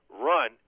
run